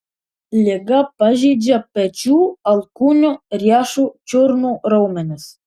liga pažeidžia pečių alkūnių riešų čiurnų raumenis